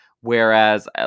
Whereas